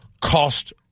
cost